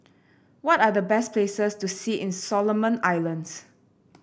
what are the best places to see in Solomon Islands